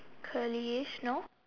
curlyish no